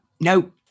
no